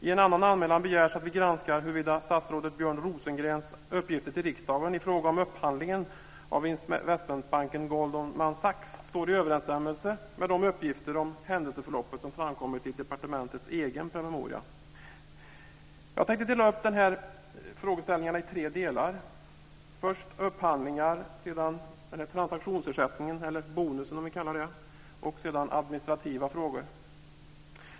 I en annan anmälan begärs att vi granskar huruvida statsrådet Björn Rosengrens uppgifter till riksdagen i fråga om upphandlingen av investmentbanken Goldman Sachs står i överensstämmelse med de uppgifter om händelseförloppet som framkommit i departementets egen promemoria. Jag tänkte dela upp dessa frågeställningar i tre delar, nämligen först upphandlingar, sedan transaktionsersättningen eller bonusen, om vi vill kalla det så, och sedan administrativa frågor.